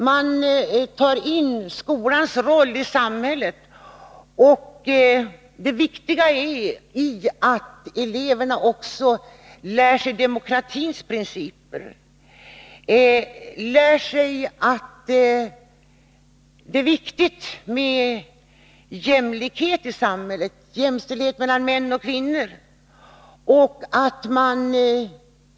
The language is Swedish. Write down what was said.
Man tar upp skolans roll i samhället och det viktiga i att eleverna också lär sig demokratins principer, betydelsen av jämlikhet i samhället och jämställdhet mellan män och kvinnor.